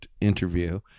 interview